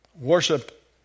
Worship